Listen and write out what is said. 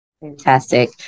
Fantastic